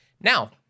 Now